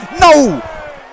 No